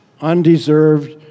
undeserved